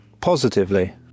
positively